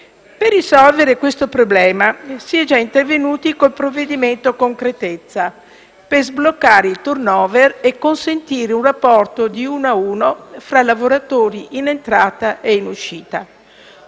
Per risolvere questo problema, si è già intervenuti con il provvedimento concretezza, per sbloccare il *turn over* e consentire un rapporto di uno a uno fra lavoratori in entrata e in uscita.